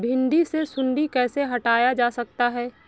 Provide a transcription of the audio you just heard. भिंडी से सुंडी कैसे हटाया जा सकता है?